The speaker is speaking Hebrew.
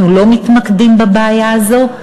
אנחנו לא מתמקדים בבעיה הזו,